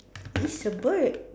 it's a bird